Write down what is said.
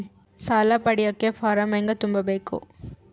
ಸಾಲ ಪಡಿಯಕ ಫಾರಂ ಹೆಂಗ ತುಂಬಬೇಕು?